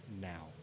now